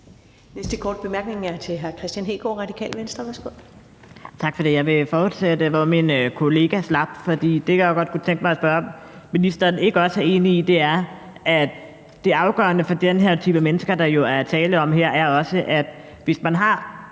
Næste korte bemærkning er til hr. Kristian Hegaard, Radikale Venstre. Værsgo. Kl. 13:30 Kristian Hegaard (RV): Tak for det. Jeg vil fortsætte, hvor min kollega slap. Det, jeg godt kunne tænke mig at spørge om, er, om ministeren ikke også er enig i, at det er afgørende for den type mennesker, der jo er tale om her, at hvis man har